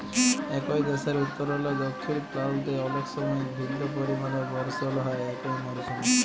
একই দ্যাশের উত্তরলে দখ্খিল পাল্তে অলেক সময় ভিল্ল্য পরিমালে বরসল হ্যয় একই মরসুমে